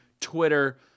Twitter